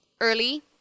early